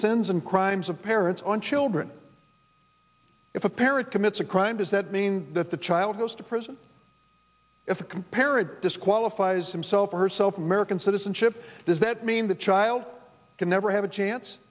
sins and crimes of parents and children if a parent commits a crime does that mean that the child goes to prison if a comparative disqualifies himself or herself american citizenship does that mean the child can never have a chance